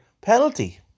penalty